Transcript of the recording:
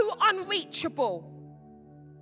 unreachable